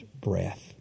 breath